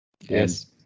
Yes